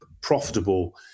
profitable